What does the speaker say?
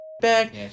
back